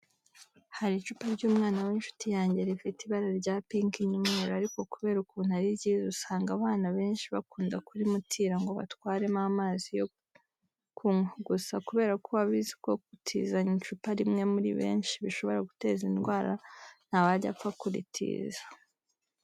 Hari icupa ry'umwana w'inshuti yange rifite ibara rya pinki n'umweru ariko kubera ukuntu ari ryiza usanga abana benshi bakunda kurimutira ngo batwaremo amazi yo kunywa, gusa kubera ko abizi ko gutizanya icupa rimwe muri benshi bishobora guteza indwara ntabwo ajya apfa kuribatiza.